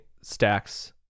stacks